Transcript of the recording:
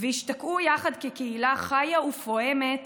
והשתקעו יחד כקהילה חיה ופועמת